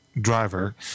driver